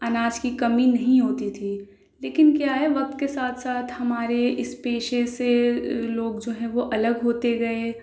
اناج کی کمی نہیں ہوتی تھی لیکن کیا ہے وقت کے ساتھ ساتھ ہمارے اس پیشے سے لوگ جو ہے وہ الگ ہوتے گئے